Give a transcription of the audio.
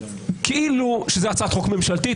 כאילו שזו הצעת חוק ממשלתית.